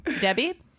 Debbie